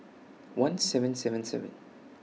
one seven seven seven